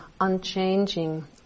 unchanging